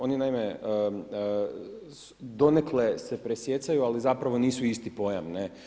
Oni naime, donekle se presijecaju, ali zapravo nisu isti pojam.